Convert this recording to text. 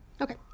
Okay